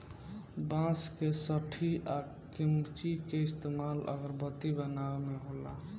बांस के सठी आ किमची के इस्तमाल अगरबत्ती बनावे मे होला